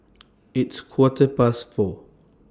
its Quarter Past four